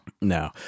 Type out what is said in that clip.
No